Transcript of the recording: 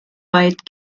weit